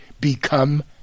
Become